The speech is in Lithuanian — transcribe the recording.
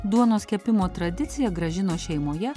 duonos kepimo tradicija gražinos šeimoje